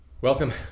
Welcome